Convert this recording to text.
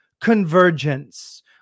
convergence